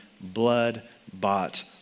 blood-bought